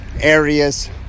areas